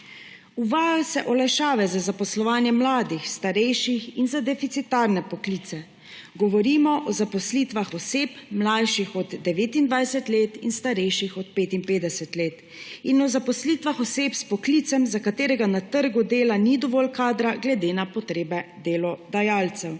Uvajajo se olajšave za zaposlovanje mladih, starejših in za deficitarne poklice. Govorimo o zaposlitvah oseb, mlajših od 29 let in starejših od 55 let, in o zaposlitvah oseb s poklicem, za katerega na trgu dela ni dovolj kadra glede na potrebe delodajalcev.